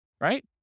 right